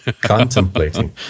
Contemplating